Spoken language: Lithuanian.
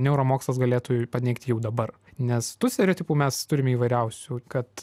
neuromokslas galėtų paneigti jau dabar nes tų stereotipų mes turime įvairiausių kad